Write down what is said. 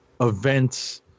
events